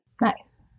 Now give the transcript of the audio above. Nice